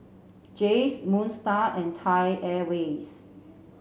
Jays Moon Star and Thai Airways